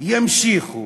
ימשיכו